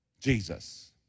Jesus